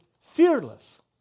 fearless